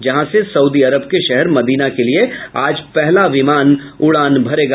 जहां से सऊदी अरब के शहर मदीना के लिए आज पहला विमान उड़ान भरेगा